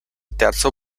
terzo